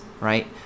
right